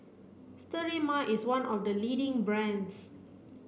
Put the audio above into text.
Sterimar is one of the leading brands